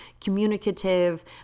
communicative